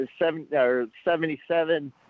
77